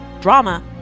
drama